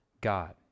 God